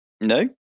No